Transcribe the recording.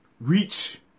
reach